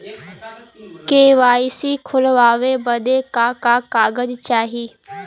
KYC खोलवावे बदे का का कागज चाही?